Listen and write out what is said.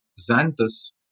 xanthus